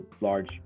large